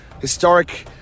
historic